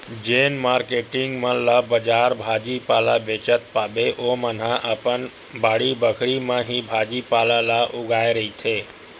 जेन मारकेटिंग मन ला बजार भाजी पाला बेंचत पाबे ओमन ह अपन बाड़ी बखरी म ही भाजी पाला ल उगाए रहिथे